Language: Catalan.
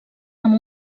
amb